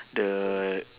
the